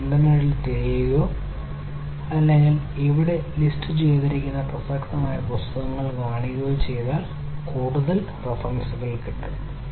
നിങ്ങൾ ഇൻറർനെറ്റിൽ തിരയുകയോ അല്ലെങ്കിൽ ഇവിടെ ലിസ്റ്റുചെയ്തിരിക്കുന്ന പ്രസക്തമായ പുസ്തകങ്ങൾ കാണുകയോ ചെയ്താൽ കൂടുതൽ റഫറൻസുകൾ ഉണ്ട്